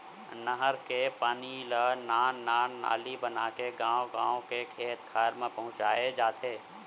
नहर के पानी ल नान नान नाली बनाके गाँव गाँव के खेत खार म पहुंचाए जाथे